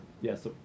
yes